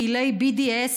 פעילי BDS,